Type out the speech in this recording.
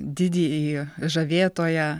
didįjį žavėtoją